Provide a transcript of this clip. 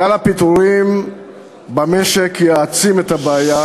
גל הפיטורים במשק יעצים את הבעיה,